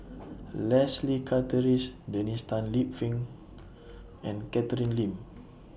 Leslie Charteris Dennis Tan Lip Fong and Catherine Lim